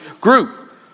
group